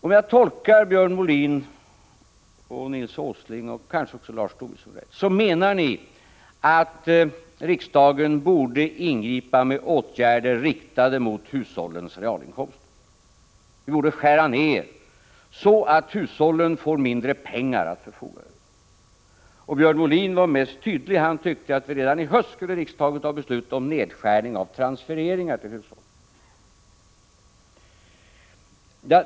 Om jag inte misstolkar Björn Molin, Nils Åsling och kanske också Lars Tobisson, menar ni att riksdagen borde ingripa med åtgärder riktade mot hushållens realinkomster. Vi borde skära ned, så att hushållen får mindre med pengar. Björn Molin var mest tydlig. Han tyckte att riksdagen redan i höst borde fatta beslut om en nedskärning av transfereringar till hushållen.